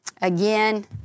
again